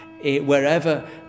wherever